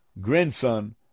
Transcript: grandson